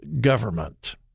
government